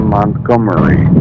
Montgomery